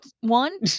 one